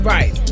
Right